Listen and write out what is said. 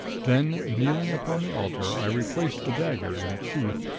then, kneeling upon the altar, i replaced the dagger in its sheath,